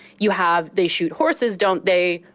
you have they shoot horses, don't they?